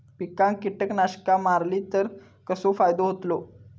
पिकांक कीटकनाशका मारली तर कसो फायदो होतलो?